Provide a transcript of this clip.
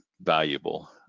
valuable